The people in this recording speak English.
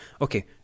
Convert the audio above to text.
okay